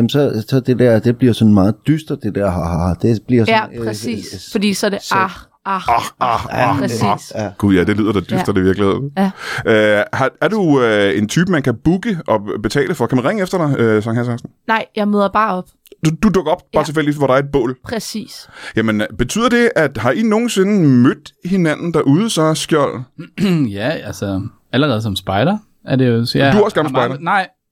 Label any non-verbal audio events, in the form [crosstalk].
Jamen, så- så det der, det bliver sådan meget dystert, det der, ha, ha, ha. Det bliver sådan, Ja, øh, præcis. øh, s- Fordi så er det, s- ah, ah, ah, ah, ah, præcis. ah. Gud, ja, det lyder da dystert, Ja. det i virkeligheden. Ja. Øh, har- er du, øh, en type, man kan booke og betale for? Kan man ringe efter dig, øh, Sankt Hans Hansen? Nej, jeg møder bare op. Du- du dukker op bare Ja. tilfældigvis, hvor der er et bål. Præcis. Jamen, betyder det, at- har I nogensinde mødt hinanden derude så, Skjold? [clears throat] Ja, altså, allerede som spejder er det jo- så Men jeg du er også gammel har- har- spejder. meget- nej.